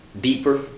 deeper